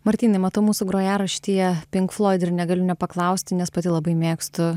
martynai matau mūsų grojaraštyje pink floid ir negaliu nepaklausti nes pati labai mėgstu